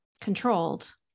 controlled